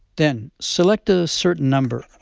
then, select a certain number,